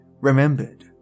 remembered